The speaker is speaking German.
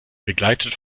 begleitet